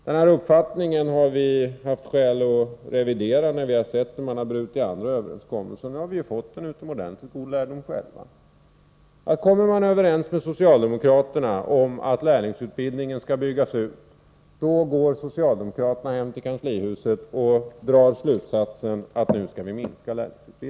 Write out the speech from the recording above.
Den här uppfattningen har vi haft skäl att revidera då vi har sett hur socialdemokraterna har brutit andra överenskommelser. Nu har vi fått en utomordentligt god lärdom själva här i riksdagen. Kommer man överens med socialdemokraterna om att lärlingsutbildningen skall byggas ut, då går socialdemokraterna hem till kanslihuset och drar slutsatsen att de i stället skall minska lärlingsutbildningen.